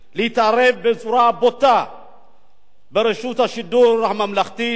להתערב בצורה בוטה ברשות השידור הממלכתית